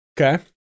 Okay